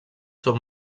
són